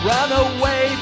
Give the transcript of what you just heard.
Runaway